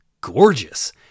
gorgeous